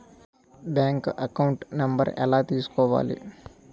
Bank account number ఎలా తీసుకోవాలి?